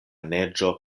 neĝo